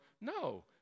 no